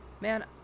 Man